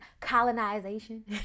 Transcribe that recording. colonization